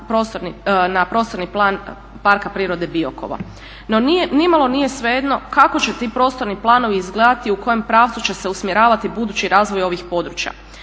na prostorni plan Parka prirode Biokovo. No ni malo nije svejedno kako će ti prostorni planovi izgledati, u kojem pravcu će se usmjeravati budući razvoj ovih područja.